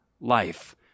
life